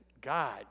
God